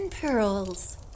pearls